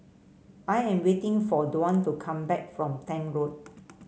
I am waiting for Dwan to come back from Tank Road